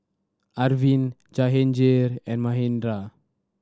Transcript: Arvind Jehangirr and Manindra